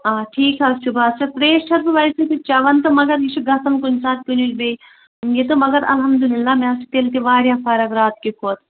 آ ٹھیٖک حظ چھُ بہٕ حظ چھَس ترٛیش چھَس بہٕ ویسے تہِ چیٚوان تہٕ مگر یہِ چھُ گَژھان کُنہِ ساتہٕ کُنہِ وِزِ بیٚیہِ یہِ تہٕ مگر الحمدُاللہ مےٚ حظ چھِ تیٚلہِ تہِ واریاہ فَرق رات کہِ کھۄتہٕ